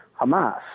Hamas